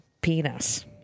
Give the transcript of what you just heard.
penis